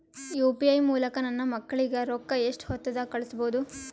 UPI ಮೂಲಕ ನನ್ನ ಮಕ್ಕಳಿಗ ರೊಕ್ಕ ಎಷ್ಟ ಹೊತ್ತದಾಗ ಕಳಸಬಹುದು?